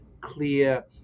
clear